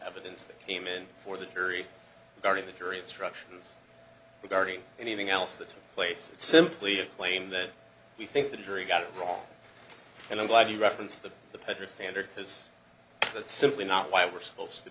evidence that came in for the jury during the jury instructions regarding anything else that took place it's simply a plane that we think the jury got it wrong and i'm glad you referenced that the federal standard has that's simply not why we're supposed to